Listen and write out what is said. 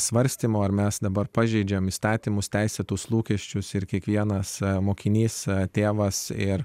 svarstymo ar mes dabar pažeidžiam įstatymus teisėtus lūkesčius ir kiekvienas mokinys tėvas ir